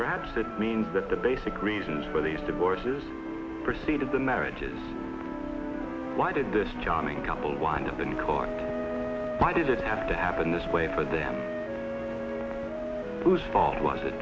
perhaps that means that the basic reasons for these divorces proceed of the marriages why did this johnny couple wind up in court why did it have to happen this way for them whose fault was it